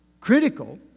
critical